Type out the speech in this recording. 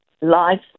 Life